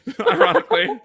ironically